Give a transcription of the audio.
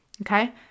Okay